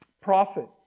prophet